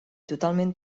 totalment